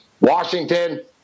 Washington